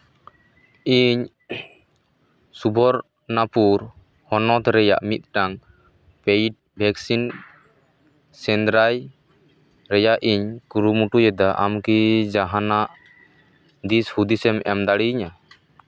ᱤᱧ ᱥᱩᱵᱚᱨᱱᱟᱯᱩᱨ ᱦᱚᱱᱚᱛ ᱨᱮᱭᱟᱜ ᱢᱤᱫᱴᱟᱱ ᱯᱮᱰ ᱵᱷᱮᱠᱥᱤᱱ ᱥᱮᱱᱫᱨᱟᱭ ᱤᱧ ᱠᱩᱨᱩᱢᱩᱴᱩᱭᱮᱫᱟ ᱟᱢᱠᱤ ᱡᱟᱦᱟᱱᱟᱜ ᱫᱤᱥ ᱦᱩᱫᱤᱥᱮᱢ ᱮᱢ ᱫᱟᱲᱮᱭᱤᱧᱟᱹ